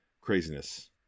craziness